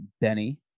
Benny